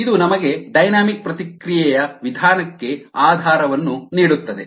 ಇದು ನಮಗೆ ಡೈನಾಮಿಕ್ ಪ್ರತಿಕ್ರಿಯೆ ವಿಧಾನಕ್ಕೆ ಆಧಾರವನ್ನು ನೀಡುತ್ತದೆ